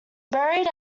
buried